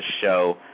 show